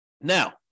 Now